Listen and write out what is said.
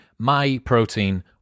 MyProtein